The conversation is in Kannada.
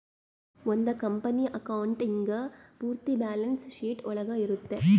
ಒಂದ್ ಕಂಪನಿ ಅಕೌಂಟಿಂಗ್ ಪೂರ್ತಿ ಬ್ಯಾಲನ್ಸ್ ಶೀಟ್ ಒಳಗ ಇರುತ್ತೆ